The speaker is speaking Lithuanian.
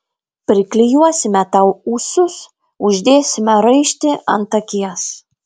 priklijuosime tau ūsus uždėsime raištį ant akies